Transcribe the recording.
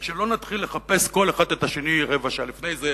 רק שלא נתחיל לחפש כל אחד את השני רבע שעה לפני זה,